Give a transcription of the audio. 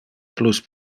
plus